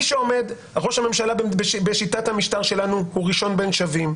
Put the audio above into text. ראש הממשלה בשיטת המשטר שלנו הוא ראשון בין שווים,